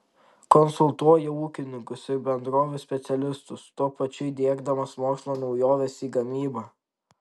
konsultuoja ūkininkus ir bendrovių specialistus tuo pačiu įdiegdamas mokslo naujoves į gamybą